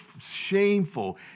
shameful